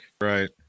right